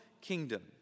kingdom